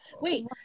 wait